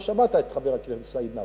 לא שמעת את חבר הכנסת סעיד נפאע,